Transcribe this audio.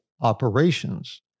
operations